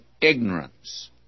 ignorance